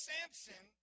Samson